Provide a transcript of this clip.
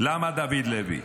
למה דוד לוי.